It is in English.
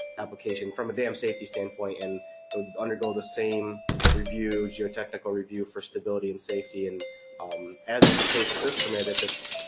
application, from a dam safety standpoint and ah undergo the same review as your technical review for stability and safety and as is the case with this permit, if it's